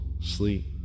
sleep